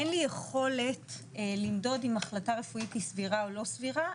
אין לי יכולת למדוד אם החלטה רפואית היא סבירה או לא סבירה,